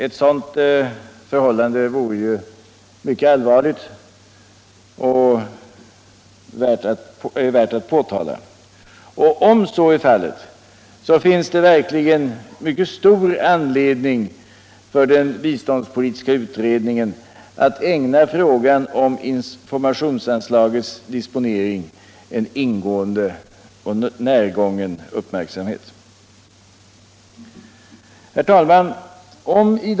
Ett sådant förhållande vore allvarligt och värt att påtala. Om så är fallet, finns det verkligen stor anledning för den biståndspolitiska utredningen all ägna frågan om informationsanslagets disponering ingående uppmärksamhet.